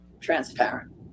transparent